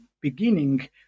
beginning